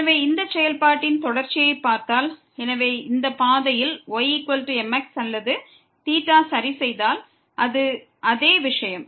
எனவே இந்த செயல்பாட்டின் தொடர்ச்சியைப் பார்த்தால் எனவே இந்த பாதை ymxயில் அல்லது θவை சரி செய்தால் இரண்டும் ஒரே விஷயம்